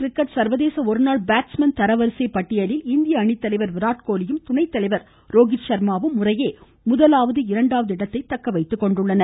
cricket சர்வதேச ஒருநாள் batsmen தரவரிசை பட்டியலில் இந்திய அணித்தலைவா் விராட்கோலியும் ரோஹித் ஷா்மாவும் முறையே முதலாவது இரண்டாவது இடத்தை தக்கவைத்துள்ளனர்